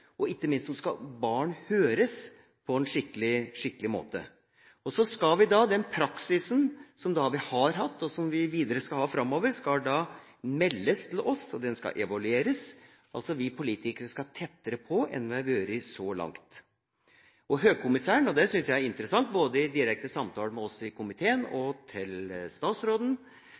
og ikke minst skal barn høres på en skikkelig måte. Den praksisen som vi har hatt, og som vi skal ha videre framover, skal meldes til oss, og den skal evalueres – altså skal vi politikere tettere på enn vi har vært så langt. Høykommissæren – og det syns jeg er interessant – har i direkte samtale både med oss i komiteen og med statsråden